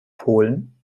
polen